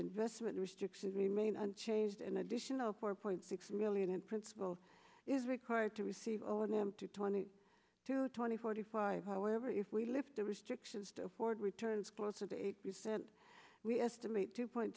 investment restrictions remain unchanged an additional four point six million in principle is required to receive all of them to twenty two twenty forty five however if we lift the restrictions to afford returns closer to eight percent we estimate two point